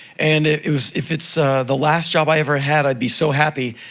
and if it's if it's the last job i ever had, i'd be so happy.